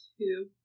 Two